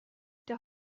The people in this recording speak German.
der